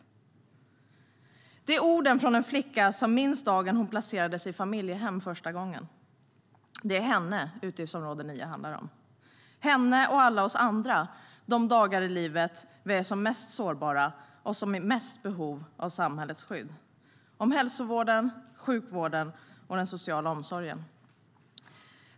"Det handlar om hälsovården, sjukvården och den sociala omsorgen.